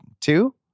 two